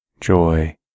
joy